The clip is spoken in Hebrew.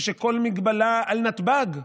ושכל מגבלה על נתב"ג,